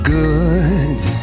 good